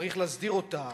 צריך להסדיר אותה,